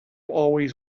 always